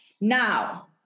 Now